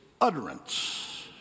utterance